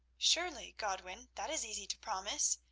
surely, godwin, that is easy to promise.